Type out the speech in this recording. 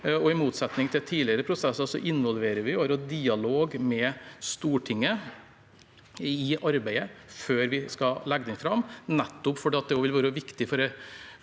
I motsetning til tidligere prosesser involverer vi og har dialog med Stortinget i arbeidet før vi skal legge den fram, nettopp fordi det vil være viktig for